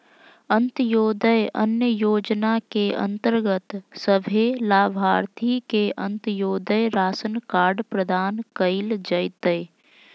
अंत्योदय अन्न योजना के अंतर्गत सभे लाभार्थि के अंत्योदय राशन कार्ड प्रदान कइल जयतै